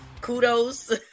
Kudos